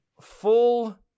full